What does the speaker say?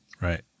Right